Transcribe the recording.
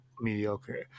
mediocre